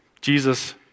Jesus